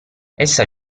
essa